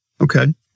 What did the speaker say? Okay